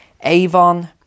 Avon